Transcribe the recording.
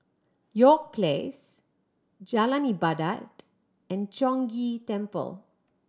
York Place Jalan Ibadat and Chong Ghee Temple